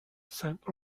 saint